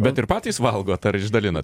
bet ir patys valgotar išdalinat